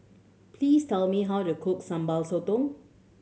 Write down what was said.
please tell me how to cook Sambal Sotong